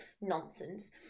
nonsense